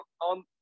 on